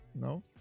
No